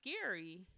scary